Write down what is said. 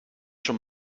schon